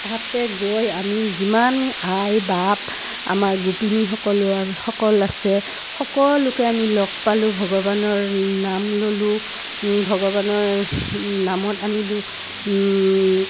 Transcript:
তাতে গৈ আমি যিমান আই বাপ আমাৰ গোপিনী সকলো সকল আছে সকলোকে আমি লগ পালোঁ ভগৱানৰ নাম ল'লোঁ ভগৱানৰ নামত আমি দু